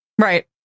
Right